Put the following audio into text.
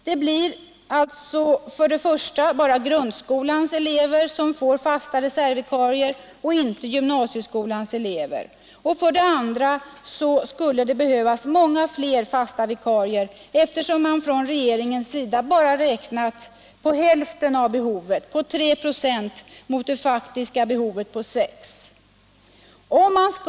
Det blir alltså för det första bara grundskolans elever som får fasta reservvikarier och inte gymnasieskolans elever, och för det andra skulle det behövas många fler fasta vikarier, eftersom regeringen bara räknat på hälften av behovet — på 3 96 mot det faktiska behovet på 6 96.